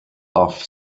off